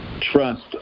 trust